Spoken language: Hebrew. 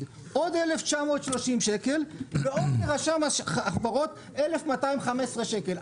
עוד 1,930 שקל ועוד לרשם החברות 1,215 שקל.